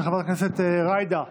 של חברת הכנסת ג'ידא זועבי,